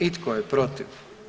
I tko je protiv?